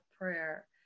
prayer